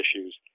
issues